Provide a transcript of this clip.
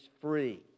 free